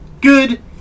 good